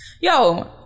Yo